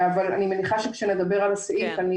אבל אני מניחה שכשנדבר על הסעיף,